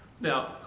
Now